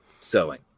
sewing